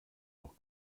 noch